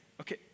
Okay